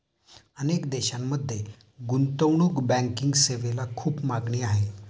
अनेक देशांमध्ये गुंतवणूक बँकिंग सेवेला खूप मागणी आहे